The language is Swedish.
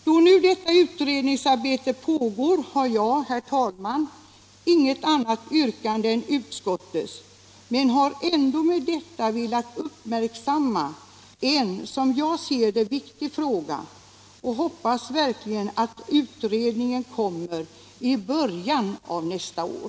Då nu detta utredningsarbete pågår har jag, herr talman, inget annat yrkande än utskottets, men jag har ändå med detta velat uppmärksamma en viktig fråga och hoppas verkligen att utredningen är klar i början av nästa år.